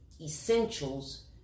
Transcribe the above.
essentials